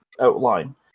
outline